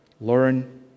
learn